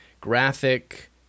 Graphic